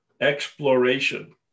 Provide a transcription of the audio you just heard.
exploration